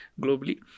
globally